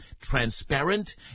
transparent